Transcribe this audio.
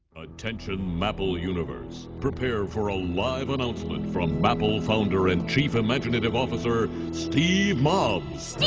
attention mapple universe, prepare for a live announcement from mapple founder and chief imaginative officer steve mobs. steve